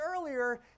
earlier